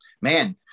man